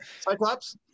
Cyclops